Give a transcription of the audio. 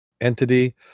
entity